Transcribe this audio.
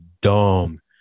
dumb